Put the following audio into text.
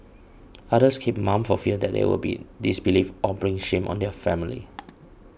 others keep mum for fear that they would be disbelieved or bring shame on their family